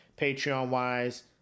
Patreon-wise